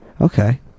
Okay